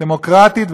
דמוקרטית,